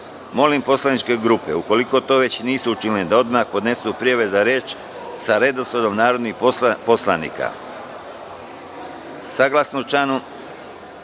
poslaničke grupe ukoliko to već nisu učinile da odmah podnesu prijave za reč sa redosledom narodnih poslanika. Saglasno